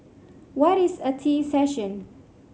what is a tea session